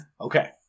Okay